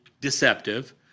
deceptive